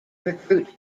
recruit